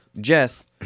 Jess